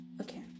Okay